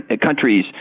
countries